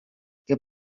que